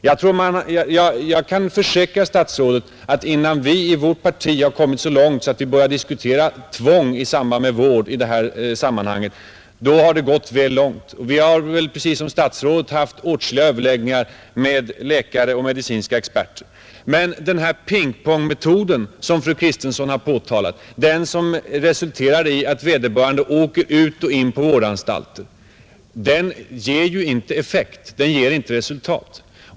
Jag kan försäkra statsrådet att innan vi i vårt parti kommit därhän att vi börjar diskutera tvång i samband med vård i detta sammanhang, då har det gått mycket långt. Vi har, precis som statsrådet, haft åtskilliga överläggningar med läkare och medicinska experter. Men den här pingpongmetoden, som fru Kristensson har påtalat och som resulterar i att vederbörande åker ut och in på vårdanstalter, den ger inte effekt, den ger inte resultat.